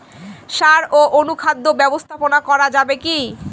সাড় ও অনুখাদ্য ব্যবস্থাপনা করা যাবে কি?